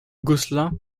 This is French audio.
gosselin